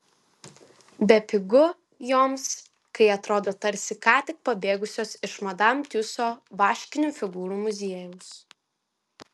bepigu joms kai atrodo tarsi ką tik pabėgusios iš madam tiuso vaškinių figūrų muziejaus